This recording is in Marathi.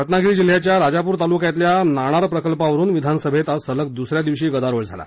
रत्नागिरी जिल्ह्याच्या राजापूर तालुक्यातल्या नाणार प्रकल्पावरुन विधान सभेत आज सलग दुसऱ्या दिवशी गदारोळ झाला